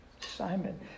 Simon